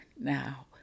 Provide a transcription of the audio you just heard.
now